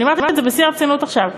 אני אומרת את זה בשיא הרצינות עכשיו,